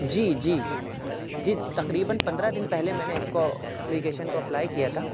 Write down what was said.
جی جی جی تقریباً پندرہ دن پہلے میں نے اس کو اپلیکیشن کو اپلائی کیا تھا